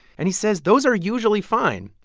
and he says those are usually fine.